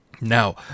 Now